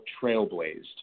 trailblazed